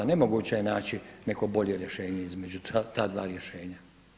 Nemoguće je naći neko bolje rješenje između ta dva rješenja.